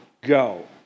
go